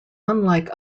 unlike